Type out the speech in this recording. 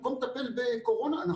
אני